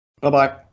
Bye-bye